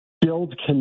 build